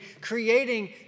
creating